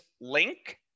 link